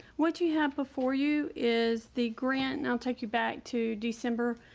what do you have before you is the grant? and i'll take you back to december.